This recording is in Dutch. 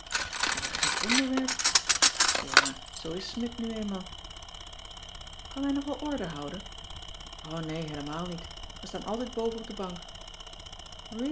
wat een gek onderwerp ja zoo is smidt nu eenmaal kan hij nogal orde houden o nee heelemaal niet we staan altijd boven op de bank